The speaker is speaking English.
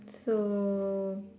so